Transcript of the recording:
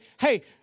hey